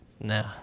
No